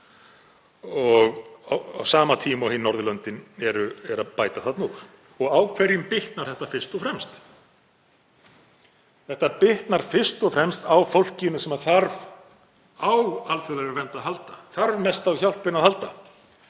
og á sama tíma og hin Norðurlöndin eru að bæta þarna úr. Og á hverjum bitnar þetta fyrst og fremst? Þetta bitnar fyrst og fremst á fólkinu sem þarf á alþjóðlegri vernd að halda, þarf mest á hjálpinni að halda.